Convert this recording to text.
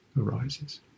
arises